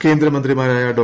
കേന്ദ്രമന്ത്രിമാരായ ഡോ